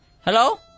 Hello